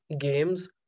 games